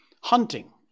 hunting